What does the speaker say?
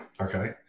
Okay